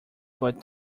but